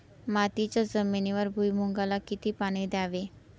मातीच्या जमिनीवर भुईमूगाला किती पाणी द्यावे?